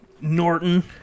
Norton